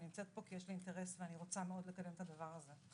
אני נמצאת פה כי יש לי אינטרס ואני רוצה מאוד לקדם את הדבר הזה.